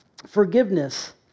Forgiveness